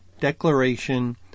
declaration